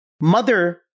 Mother